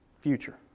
future